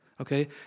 Okay